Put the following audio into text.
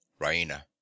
Raina